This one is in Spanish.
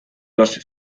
los